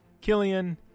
Killian